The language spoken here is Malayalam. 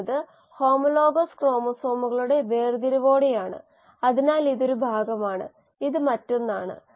ഇത് വളരെ ലളിതമായ ഒരു ആശയമാണ് പക്ഷേ ഉപയോഗപ്രദമാണ് കൂടാതെ നമുക്ക് നിരവധി യിൽഡ് കോയിഫിഷ്യന്റകൾ നിർവചിക്കാം